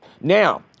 Now